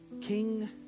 King